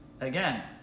Again